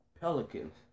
Pelicans